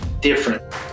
different